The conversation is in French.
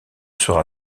sera